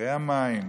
מחירי המים,